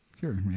Sure